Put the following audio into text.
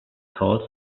called